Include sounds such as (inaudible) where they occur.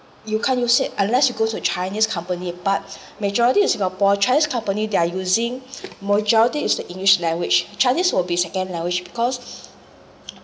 you can't use it unless you go to a chinese company but (breath) majority of singapore chinese company they are using (breath) majority is the english language chinese will be second language because (breath)